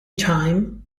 time